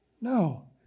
No